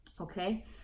okay